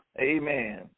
Amen